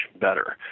better